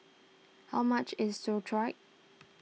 how much is Sauerkraut